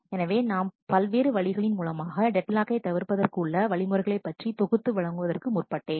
எனவே நாம் பல்வேறு வழிகளின் மூலமாக டெட் லாக்கை தவிர்ப்பதற்கு உள்ள வழிமுறைகளை பற்றி தொகுத்து வழங்குவதற்கு முற்பட்டேன்